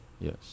Yes